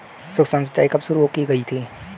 सूक्ष्म सिंचाई कब शुरू की गई थी?